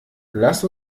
lass